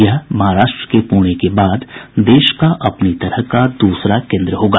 यह महाराष्ट्र के पुणे के बाद देश का अपनी तरह का दूसरा केन्द्र होगा